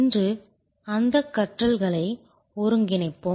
இன்று அந்த கற்றல்களை ஒருங்கிணைப்போம்